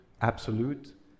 absolute